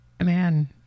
Man